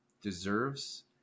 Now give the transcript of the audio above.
deserves